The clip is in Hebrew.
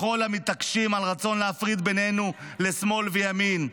לכל המתעקשים על רצון להפריד בינינו לשמאל וימין,